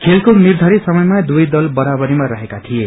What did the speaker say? खेलको निर्धारित समयमा दुवै दल बराबरीमा रहेका थिए